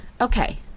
okay